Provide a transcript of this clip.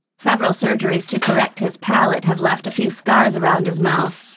several surgeries to correct his palate have left a few scars around his mouth,